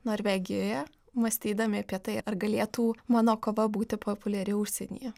norvegijoje mąstydami apie tai ar galėtų mano kova būti populiari užsienyje